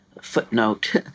footnote